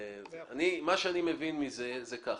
אני צודק?